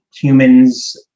humans